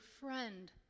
friend